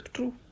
True